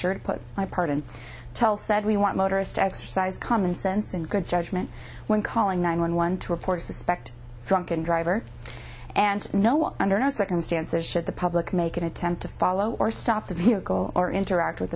sure to put my part in tell said we want motorists to exercise common sense and good judgment when calling nine one one to report a suspect drunken driver and no one under no circumstances should the public make an attempt to follow or stop the vehicle or interact with